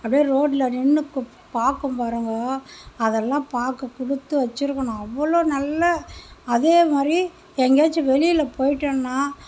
அப்படியே ரோட்டில் நின்று பார்க்கும் பாருங்கள் அதெல்லாம் பார்க்க கொடுத்து வச்சி இருக்குணும் அவ்வளோ நல்ல அதே மாதிரி எங்கேயாச்சும் வெளியில் போயிவிட்டோன்னா